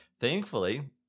thankfully